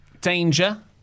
danger